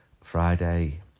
Friday